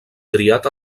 triat